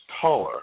taller